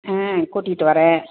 ஆ கூட்டிக்கிட்டு வர்றேன்